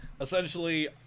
Essentially